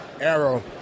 Arrow